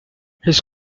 his